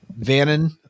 Vannon